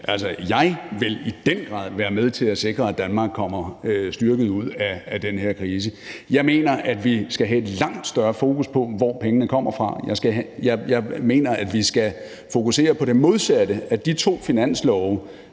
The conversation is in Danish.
Jeg vil i den grad være med til at sikre, at Danmark kommer styrket ud af krisen. Jeg mener, at vi skal have et langt større fokus på, hvor pengene kommer fra. Jeg mener, at vi skal fokusere på det modsatte af de to finanslove,